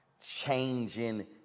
changing